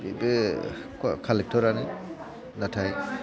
बिबो कालेक्ट'रआनो नाथाय